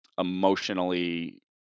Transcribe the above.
emotionally